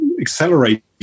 accelerate